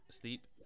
sleep